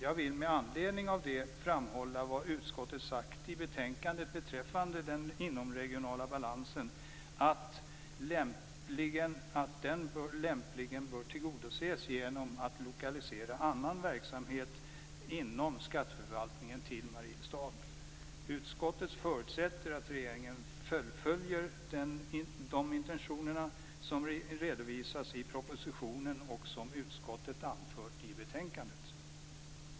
Jag vill med anledning av det framhålla vad utskottet har sagt i betänkandet beträffande den inomregionala balansen, nämligen att den lämpligen bör tillgodoses genom att lokalisera annan verksamhet inom skatteförvaltningen till Mariestad. Utskottet förutsätter att regeringen fullföljer de intentioner som redovisas i propositionen och som utskottet anfört i betänkandet.